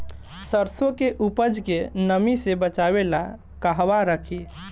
सरसों के उपज के नमी से बचावे ला कहवा रखी?